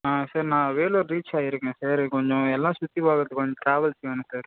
ஆ sir Vellore reach ரீச் ஆகிருக்கேன் sir கொஞ்சம் எல்லாம் சுற்றி பார்க்குறக்கு ட்ராவல்ஸ் வேணும் சார்